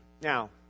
Now